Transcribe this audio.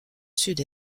sud